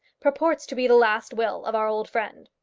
purports to be the last will of our old friend.